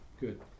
Good